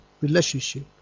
relationship